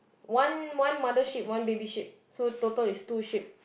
one one mother ship one baby ship so total is two ship